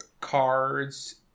cards